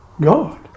God